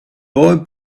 boy